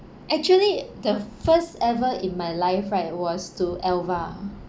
actually the first ever in my life right was to elva